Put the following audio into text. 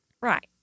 right